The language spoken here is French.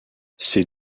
ces